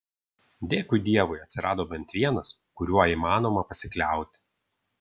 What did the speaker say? dėkui dievui atsirado bent vienas kuriuo įmanoma pasikliauti